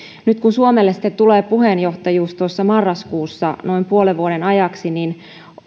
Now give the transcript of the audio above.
nyt kun suomelle sitten tulee puheenjohtajuus marraskuussa noin puolen vuoden ajaksi niin